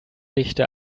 dichte